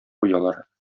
куялар